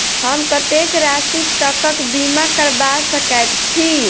हम कत्तेक राशि तकक बीमा करबा सकैत छी?